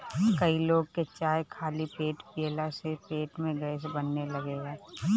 कई लोग के चाय खाली पेटे पियला से पेट में गैस बने लागेला